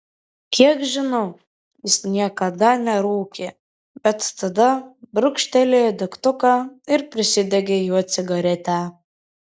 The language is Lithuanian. kiek žinau jis niekada nerūkė bet tada brūkštelėjo degtuką ir prisidegė juo cigaretę